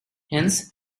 hence